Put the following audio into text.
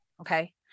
okay